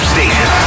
Station